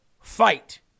fight